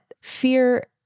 fear